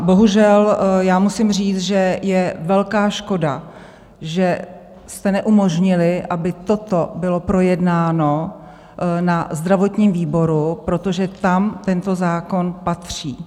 Bohužel, musím říct, že je velká škoda, že jste neumožnili, aby toto bylo projednáno na zdravotním výboru, protože tam tento zákon patří.